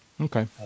Okay